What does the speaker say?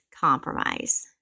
compromise